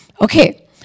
Okay